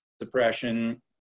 suppression